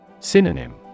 Synonym